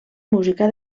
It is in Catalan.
música